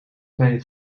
twee